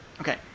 Okay